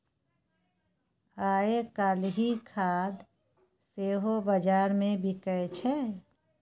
आयकाल्हि खाद सेहो बजारमे बिकय छै